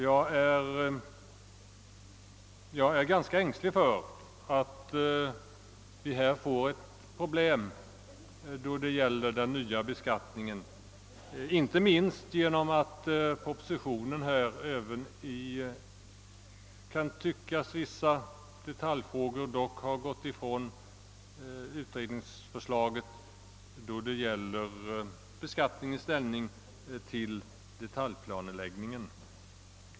Jag är ganska ängslig för att vi här får ett problem att brottas med då det gäller den nya beskattningen, inte minst därför att propositionen även i vissa hänseenden har gått ifrån utredningsförslaget då det gäller beskattningens ställning till detaljplanläggningen.